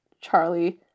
charlie